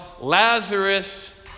Lazarus